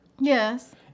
Yes